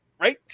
Right